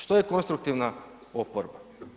Što je konstruktivna oporba?